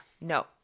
No